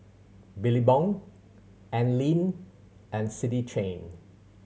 Billabong Anlene and City Chain